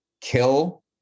kill